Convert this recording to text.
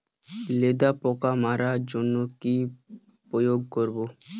লেদা পোকা মারার জন্য কি প্রয়োগ করব?